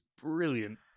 brilliant